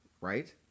Right